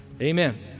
Amen